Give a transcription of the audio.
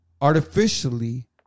artificially